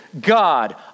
God